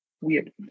weird